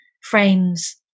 frames